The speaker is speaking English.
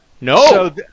No